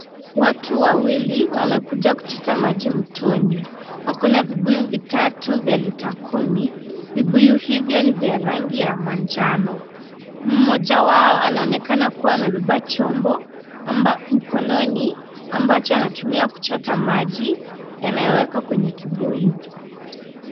Watu wawili wamekuja kuchota maji mtoni, wako na vibuyu vitatu vya Lita kumi vibuyu hivyo ni vya rangi ya manjano, mmoja wao anaonekana amebeba chombo mkononi ambacho anatumia kuchota maji yanoyowekwa kwenye kibuyu.